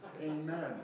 Amen